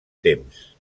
temps